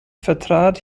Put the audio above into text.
vertrat